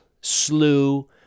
slew